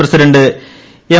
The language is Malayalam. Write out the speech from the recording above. president M